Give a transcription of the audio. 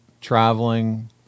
traveling